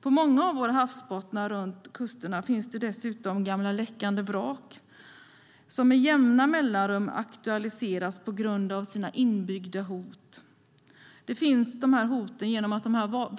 På många av våra havsbottnar runt kusterna finns dessutom gamla läckande vrak som med jämna mellanrum aktualiseras på grund av sina inbyggda hot. Dessa hot finns genom att